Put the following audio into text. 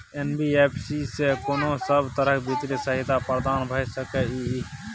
NBFC स कोन सब तरह के वित्तीय सहायता प्रदान भ सके इ? इ